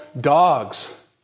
dogs